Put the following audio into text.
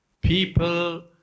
people